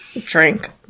Drink